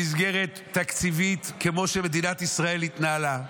במסגרת תקציבית כמו שמדינת ישראל התנהלה.